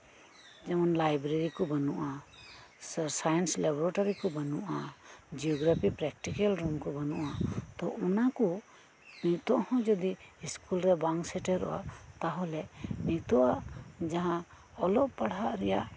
ᱡᱮᱢᱚᱱ ᱞᱟᱭᱵᱨᱮᱵᱤ ᱠᱚ ᱵᱟᱹᱱᱩᱜᱼ ᱥᱟᱭᱮᱱᱥ ᱞᱮᱵᱽ ᱞᱮᱵᱽᱨᱚᱴᱚᱨᱤ ᱵᱟᱹᱱᱩᱜᱼᱟ ᱡᱤᱭᱳᱜᱨᱟᱯᱷᱤ ᱯᱨᱮᱠᱴᱤᱞ ᱨᱩᱢ ᱠᱚ ᱵᱟᱹᱱᱩᱜᱼᱟ ᱛᱚ ᱚᱱᱟᱠᱚ ᱱᱤᱛᱳᱜ ᱦᱚᱸ ᱡᱩᱫᱤ ᱥᱠᱩᱞ ᱨᱮ ᱵᱟᱝ ᱥᱮᱴᱮᱨᱚᱜᱼᱟ ᱛᱟᱞᱦᱮ ᱱᱚᱛᱳᱜᱟᱜ ᱡᱟᱦᱟᱸ ᱚᱞᱚᱜ ᱯᱟᱲᱦᱟᱜ ᱨᱮᱱᱟᱜ